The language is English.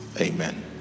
Amen